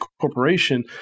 corporation